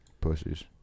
Pussies